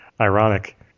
Ironic